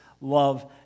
love